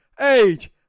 Age